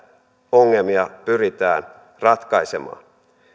ongelmia pyritään ratkaisemaan